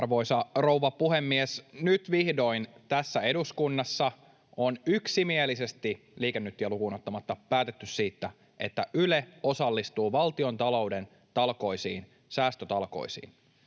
Arvoisa rouva puhemies! Nyt vihdoin tässä eduskunnassa on yksimielisesti, Liike Nytiä lukuun ottamatta, päätetty siitä, että Yle osallistuu valtiontalouden talkoisiin, säästötalkoisiin,